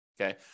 okay